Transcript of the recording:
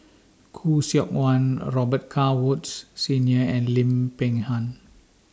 Khoo Seok Wan Robet Carr Woods Senior and Lim Peng Han